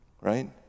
right